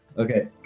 okay.